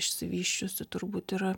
išsivysčiusi turbūt yra